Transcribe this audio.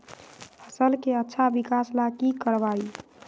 फसल के अच्छा विकास ला की करवाई?